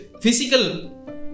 physical